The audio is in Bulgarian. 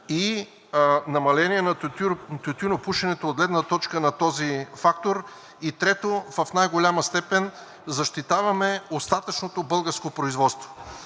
и намаление на тютюнопушенето от гледна точка на този фактор, и трето, в най-голяма степен защитаваме остатъчното българско производство.